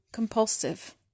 Compulsive